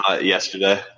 yesterday